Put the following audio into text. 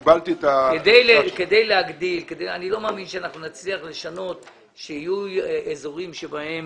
אני לא מאמין שנצליח לשנות כך שיהיו אזורים בהם